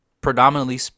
predominantly